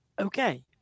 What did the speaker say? okay